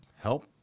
help